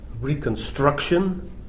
reconstruction